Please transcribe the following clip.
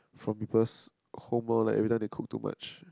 from people's home lor like every time they cook too much